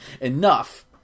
enough